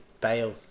Bale